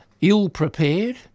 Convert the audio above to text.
ill-prepared